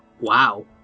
Wow